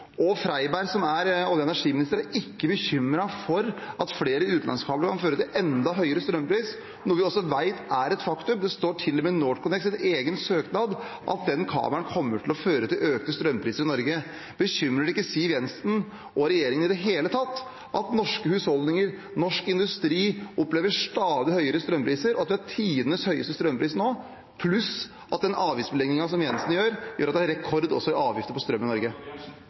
Og Freiberg, som er olje- og energiminister, er ikke bekymret for at flere utenlandskabler kan føre til enda høyere strømpris, noe vi også vet er et faktum. Det står til og med i NorthConnects egen søknad at denne kabelen kommer til å føre til økte strømpriser i Norge. Bekymrer det ikke Siv Jensen og regjeringen i det hele tatt at norske husholdninger og norsk industri opplever stadig høyere strømpriser, og at det er tidenes høyeste strømpris nå, pluss at den avgiftsbeleggingen som Jensen gir, gjør at det er rekord også i avgifter på strøm i Norge?